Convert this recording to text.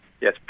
yes